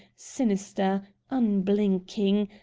sinister, unblinking,